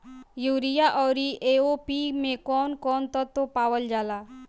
Urea औरी AOP मै कौवन कौवन तत्व पावल जाला?